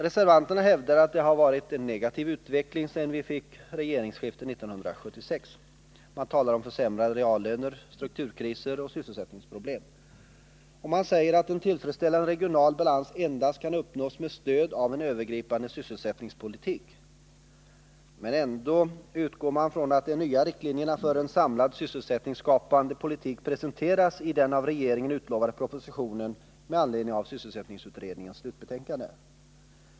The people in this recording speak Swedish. Reservanterna hävdar att utvecklingen varit negativ sedan regeringsskiftet 1976. Man talar om försämrade reallöner, strukturkriser och sysselsättningsproblem. Och man säger att en tillfredsställande regional balans endast kan uppnås med stöd av en övergripande sysselsättningspolitik. Ändå utgår man från att de nya riktlinjerna för en samlad sysselsättningsskapande politik skall presenteras i den av regeringen utlovade propositionen med anledning av sysselsättningsutredningens slutbetänkande.